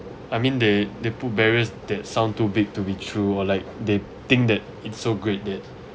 I mean they they put barriers that sound too big to be true or like they think that it's so great that